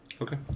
Okay